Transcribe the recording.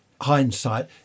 Hindsight